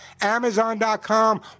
Amazon.com